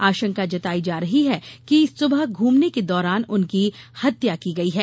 आशंका जताई जा रही है कि सुबह घूमने के दौरान उनकी हत्या की गयी है